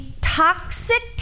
toxic